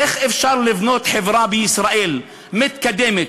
איך אפשר לבנות חברה בישראל, מתקדמת,